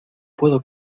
puedo